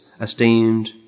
esteemed